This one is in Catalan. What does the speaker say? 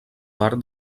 part